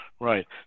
Right